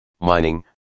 mining